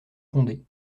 condé